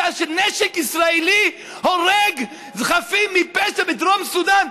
ונשק ישראלי הורג חפים מפשע בדרום סודאן.